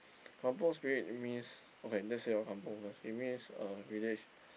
kampung spirit means okay just say about kampung it means a village